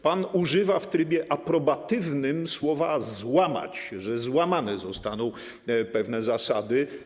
Pan używa w trybie aprobatywnym słowa „złamać”, że złamane zostaną pewne zasady.